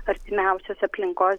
artimiausios aplinko